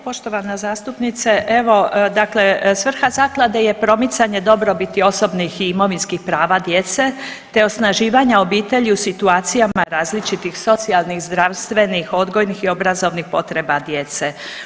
Poštovana zastupnice, evo dakle svrha zaklade je promicanje dobrobiti osobnih i imovinskih prava djece, te osnaživanje obitelji u situacijama različitih socijalnih, zdravstvenih, odgojnih i obrazovnih potreba djece.